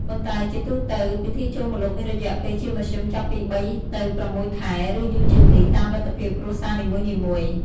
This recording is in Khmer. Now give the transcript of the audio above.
ប៉ុន្តែជាទូទៅ ពីធីចូលម្លប់មានរយៈពេលជាមធ្យមចាប់ពី ៣ ទៅ ៦ ខែ ឬ យូរជាងនេះ តាមលទ្ធភាពគ្រួសារនីមួយៗ។